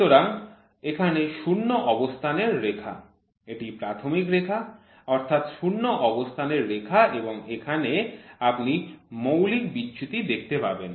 সুতরাং এখানে শূন্য অবস্থানের রেখা এটি প্রাথমিক রেখা অর্থাৎ শূন্য অবস্থানের রেখা এবং এখানে আপনি মৌলিক বিচ্যুতি দেখতে পাবেন